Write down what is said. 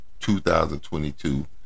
2022